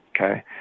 Okay